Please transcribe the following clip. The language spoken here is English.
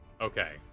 Okay